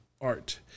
art